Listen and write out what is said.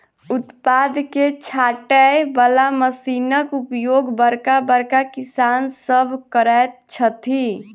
उत्पाद के छाँटय बला मशीनक उपयोग बड़का बड़का किसान सभ करैत छथि